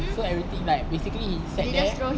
so everything like basically he sat there